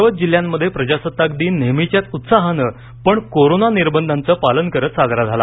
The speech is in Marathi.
सर्वच जिल्ह्यांमध्ये प्रजासत्ताकदिन नेहमीच्याच उत्साहानं पण कोरोना निर्बधांचं पालन करत साजरा साला